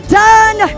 done